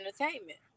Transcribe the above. entertainment